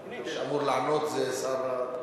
שר הפנים, אבל מי שאמור לענות זה השר כחלון.